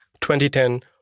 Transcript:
2010